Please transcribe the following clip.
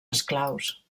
esclaus